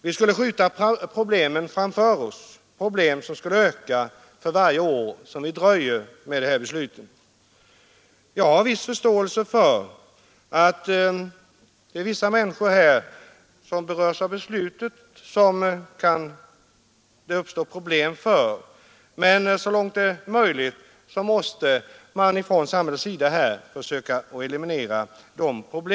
Vi skulle skjuta frågorna framför oss, problemen skulle förvärras för varje år som vi dröjer med de här besluten. Jag har förståelse för att det för vissa människor som berörs av besluten kan uppstå svårigheter, och så långt det är möjligt måste man från samhällets sida försöka att eliminera dessa.